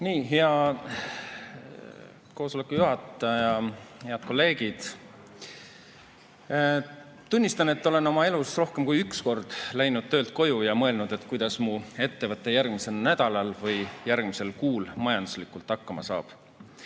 Hea koosoleku juhataja! Head kolleegid! Tunnistan, et olen oma elus rohkem kui üks kord läinud töölt koju ja mõelnud, kuidas mu ettevõte järgmisel nädalal või järgmisel kuul majanduslikult hakkama saab.